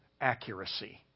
accuracy